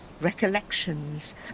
Recollections